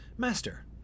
Master